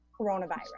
coronavirus